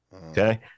Okay